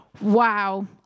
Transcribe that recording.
wow